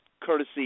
courtesy